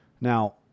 Now